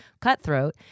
cutthroat